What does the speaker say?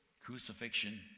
crucifixion